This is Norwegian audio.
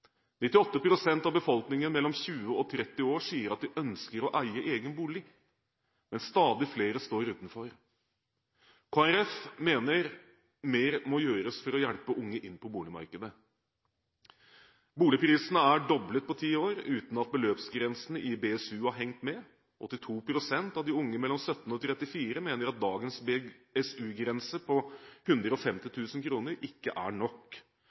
pst. av befolkningen mellom 20 og 30 år sier at de ønsker å eie egen bolig, men stadig flere står utenfor. Kristelig Folkeparti mener mer må gjøres for å hjelpe unge inn på boligmarkedet. Boligprisene er doblet på ti år, uten at beløpsgrensene i BSU har hengt med. 82 pst. av de unge mellom 17 og 34 år mener at dagens BSU-grense på 150 000 kr ikke er nok.